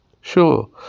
sure